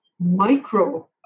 micro